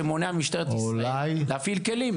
שמונע ממשטרת ישראל להפעיל כלים.